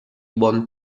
buon